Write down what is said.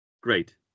Great